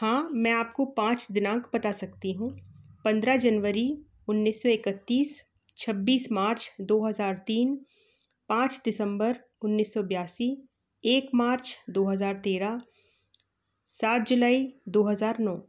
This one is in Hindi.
हाँ मैं आपको पाँच दिनांक बता सकती हूँ पंद्रह जनवरी उन्नीस सौ इकतीस छब्बीस मार्च दो हज़ार तीन पाँच दिसंबर उन्नीस सौ बयासी एक मार्च दो हज़ार तेरह सात जुलाई दो हज़ार नौ